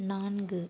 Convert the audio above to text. நான்கு